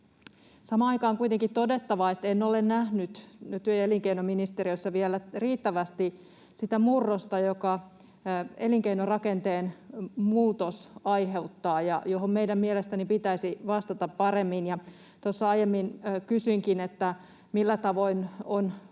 Samaan aikaan on kuitenkin todettava, että en ole nähnyt työ- ja elinkeinoministeriössä vielä riittävästi sitä murrosta, jonka elinkeinorakenteen muutos aiheuttaa ja johon meidän mielestäni pitäisi vastata paremmin. Tuossa aiemmin kysyinkin, millä tavoin on huomioitu